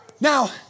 Now